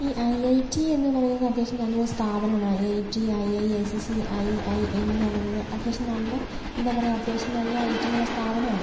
ഈ I I I T എന്ന് പറയുന്നത് അത്യാവശ്യം നല്ലൊരു സ്ഥാപനമാണ് I I T I I S S C I I M എന്ന് പറയുന്നത് അത്യാവശ്യം നല്ല എന്താ പറയാ അത്യാവശ്യം നല്ല റേറ്റിംഗ് ഉള്ള സ്ഥാപനമാന്ന്